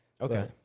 Okay